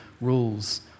rules